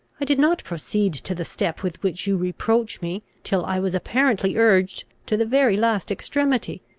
i did not proceed to the step with which you reproach me, till i was apparently urged to the very last extremity.